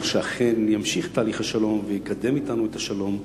שאכן ימשיך את תהליך השלום ויקדם אתנו את השלום,